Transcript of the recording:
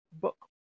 book